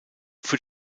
für